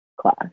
class